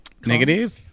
Negative